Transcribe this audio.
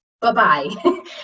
Bye-bye